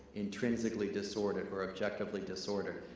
intrinsically disordered or objectively disordered.